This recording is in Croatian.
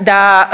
da